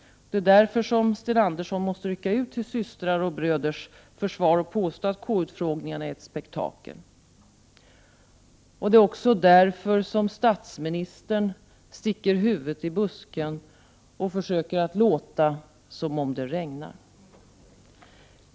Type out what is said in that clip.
Det är därför som Sten Andersson måste rycka ut till systrars och bröders försvar och påstå att KU-utfrågningarna är ett spektakel. Det är också därför som statsministern sticker huvudet i busken och försöker låtsa som om det regnar.